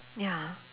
ya